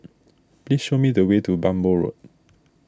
please show me the way to Bhamo Road